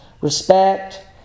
respect